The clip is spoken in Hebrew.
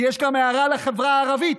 ויש גם הערה לחברה הערבית: